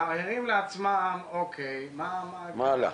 מהרהרים לעצמם, אוקיי, מה --- מה הלאה.